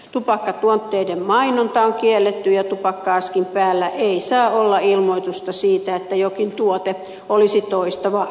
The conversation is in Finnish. tupakkatuotteiden mainonta on kielletty ja tupakka askin päällä ei saa olla ilmoitusta siitä että jokin tuote olisi toista vaarattomampi